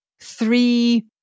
three